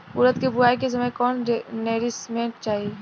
उरद के बुआई के समय कौन नौरिश्मेंट चाही?